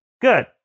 Good